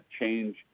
change